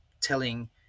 telling